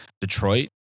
Detroit